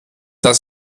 das